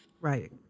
Right